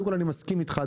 אני מסכים איתך.